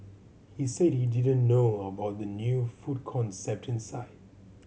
he said he didn't know about the new food concept inside